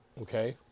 Okay